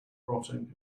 rotting